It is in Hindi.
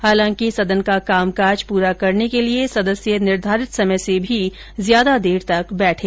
हालांकि सदन का कामकाज पूरा करने के लिए सदस्य निर्धारित समय से भी ज्यादा देर तक बैठे